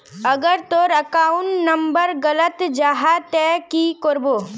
अगर तोर account number गलत जाहा ते की करबो?